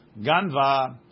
Ganva